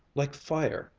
like fire,